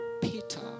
Peter